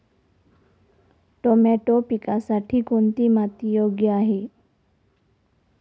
Tomato पिकासाठी कोणती माती योग्य आहे?